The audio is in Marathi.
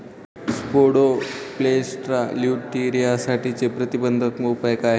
स्पोडोप्टेरा लिट्युरासाठीचे प्रतिबंधात्मक उपाय काय आहेत?